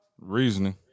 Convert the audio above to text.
Reasoning